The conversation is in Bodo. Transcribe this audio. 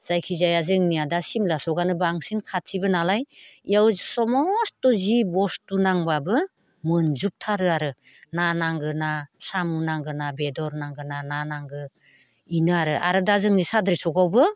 जायखिजाया जोंनिया दा सिमला स'कानो बांसिन खाथिबो नालाय बेयाव समस्थ' जि बस्थु नांबाबो मोनजोबथारो आरो ना नांगौ ना साम' नांगौना बेदर नांगौना ना नांगौ बेनो आरो आरो दा जोंनि साद्रि स'कावबो